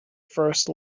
first